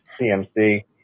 CMC